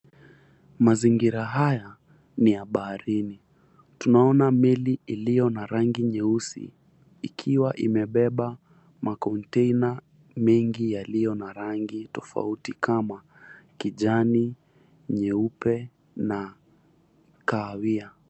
Mazingira haya ni ya baharini tunaona meli iliyo na rangi nyeusi ikiwa imebeba makontena mengi yaliyo na rangi tofauti kama kijani, nyeupe na kahawia.